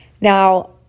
Now